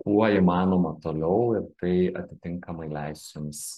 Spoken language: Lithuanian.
kuo įmanoma toliau ir tai atitinkamai leis jums